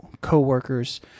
co-workers